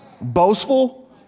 boastful